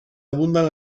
abundan